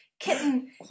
Kitten